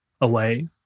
away